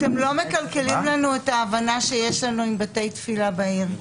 אתם לא מקלקלים לנו את ההבנה שיש לנו עם בתי תפילה בעיר.